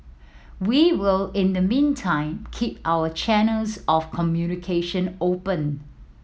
we will in the meantime keep our channels of communication open